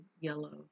yellow